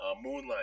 Moonlight